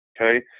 Okay